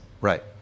Right